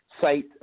site